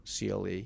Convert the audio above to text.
CLE